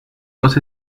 dos